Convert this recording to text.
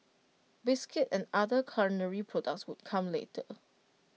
biscuits and other culinary products would come later